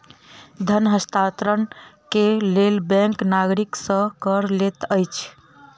धन हस्तांतरण के लेल बैंक नागरिक सॅ कर लैत अछि